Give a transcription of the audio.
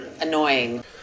annoying